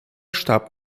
starb